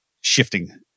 shifting